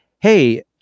hey